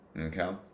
okay